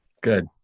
Good